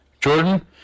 Jordan